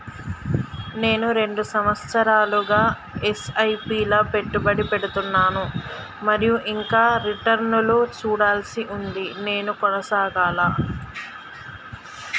నేను రెండు సంవత్సరాలుగా ల ఎస్.ఐ.పి లా పెట్టుబడి పెడుతున్నాను మరియు ఇంకా రిటర్న్ లు చూడాల్సి ఉంది నేను కొనసాగాలా?